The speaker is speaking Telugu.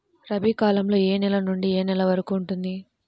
రబీ కాలం ఏ నెల నుండి ఏ నెల వరకు ఉంటుంది?